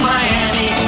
Miami